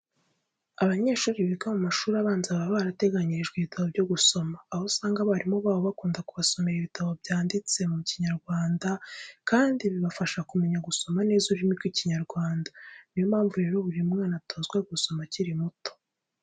Abanyeshuri biga mu mashuri abanza baba barateganyirijwe ibitabo byo gusoma. Aho usanga abarimu babo bakunda kubasomera ibitabo byanditse mu Kinyarwanda kandi bibafasha kumenya gusoma neza ururimi rw'Ikinyarwanda. Ni yo mpamvu rero buri mwana atozwa gusoma akiri muto.